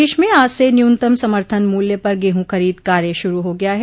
प्रदेश में आज से न्यूनतम समर्थन मूल्य पर गेहूं खरीद कार्य शुरू हो गया है